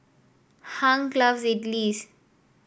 Hank loves Idilis